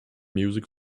music